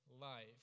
life